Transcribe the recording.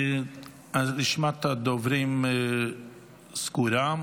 רשימת הדוברים סגורה.